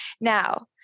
Now